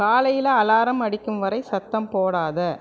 காலையில் அலாரம் அடிக்கும் வரை சத்தம் போடாதே